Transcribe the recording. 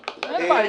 אין בעיה עם זה.